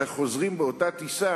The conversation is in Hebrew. אלא חוזרים באותה טיסה